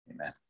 Amen